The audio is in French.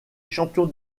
champion